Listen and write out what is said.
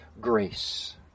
grace